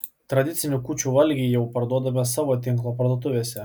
tradicinį kūčių valgį jau parduodame savo tinklo parduotuvėse